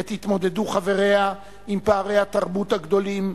עת התמודדו חבריה עם פערי התרבות הגדולים,